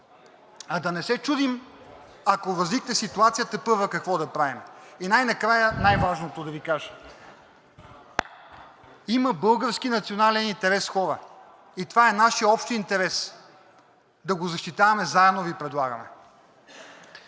а да не се чудим, ако възникне ситуацията, тепърва какво да правим. И най-накрая, най-важното да Ви кажа. Има български национален интерес, хора, и това е нашият общ интерес – да го защитаваме заедно, Ви предлагаме.